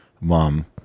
Mom